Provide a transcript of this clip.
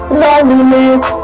loneliness